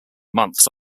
months